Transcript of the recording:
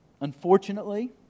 unfortunately